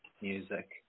music